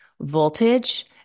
voltage